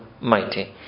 mighty